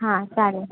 हां चालेल